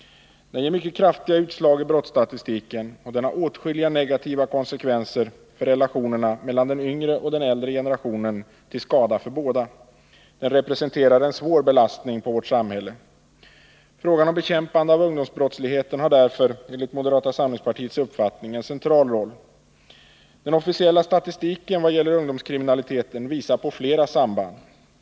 Den ger kraftiga utslag i brottsstatistiken, och den har åtskilliga negativa konsekvenser för relationerna mellan den yngre och den äldre generationen, till skada för båda. Den representerar en svår belastning på vårt samhälle. Frågan om bekämpande av ungdomsbrottsligheten har därför enligt moderata samlingspartiets uppfattning en central roll. Den officiella statistiken vad gäller ungdomskriminaliteten visar på flera samband.